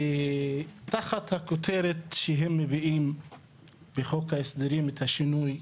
תחת הכותרת שהם מביאים בחוק ההסדרים את השינוי,